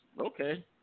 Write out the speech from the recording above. Okay